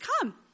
come